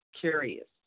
curious